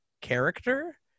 character